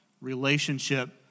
relationship